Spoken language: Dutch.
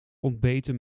ontbeten